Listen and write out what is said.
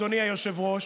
אדוני היושב-ראש,